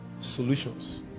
solutions